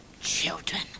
Children